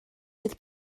sydd